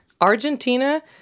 Argentina